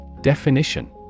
Definition